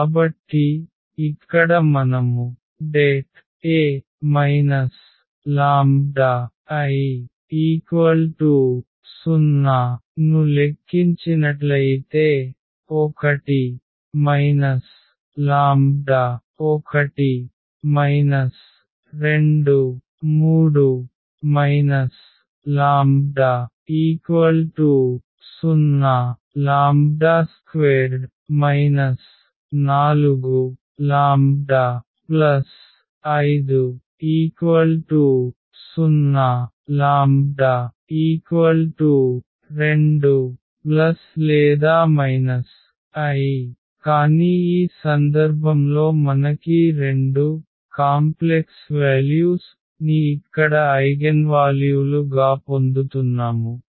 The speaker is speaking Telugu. కాబట్టి ఇక్కడ మనము det A λI 0ను లెక్కించినట్లయితే ⟹1 λ 1 2 3 λ 0 ⟹2 4λ50 ⟹λ2±i కానీ ఈ సందర్భంలో మనకీ 2 సంక్లిష్ట విలువలు ని ఇక్కడ ఐగెన్వాల్యూలు గా పొందుతున్నాము